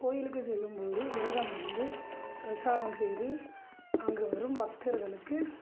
கோயிலுக்கு செல்லும்போது விரதம் இருந்து பிரசாதம் செய்து அங்கு வரும் பக்தர்களுக்கு